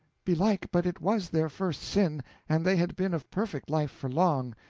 belike but it was their first sin and they had been of perfect life for long,